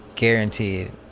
guaranteed